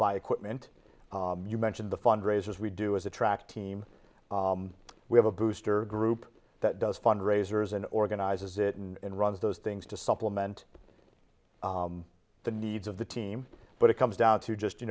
buy equipment you mention the fundraisers we do as a track team we have a booster group that does fundraisers and organizes it and runs those things to supplement the needs of the team but it comes down to just you